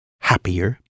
happier